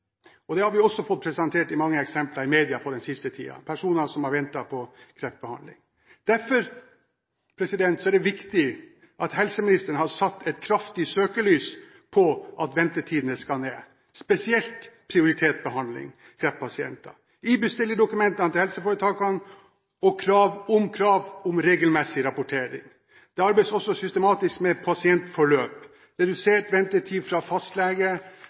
primærlege. Det har vi også fått presentert mange eksempler på i media den siste tiden – personer som har ventet på kreftbehandling. Derfor er det viktig at helseministeren har satt et kraftig søkelys på at ventetidene skal ned, spesielt for prioritert behandling – kreftpasienter – i bestillerdokumentene til helseforetakene og krav til regelmessig rapportering. Det arbeides også systematisk med pasientforløpet, redusert ventetid fra fastlege,